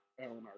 alan